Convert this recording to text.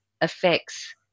affects